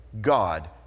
God